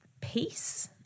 peace